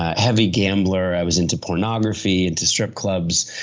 heavy gambler, i was into pornography, into strips clubs.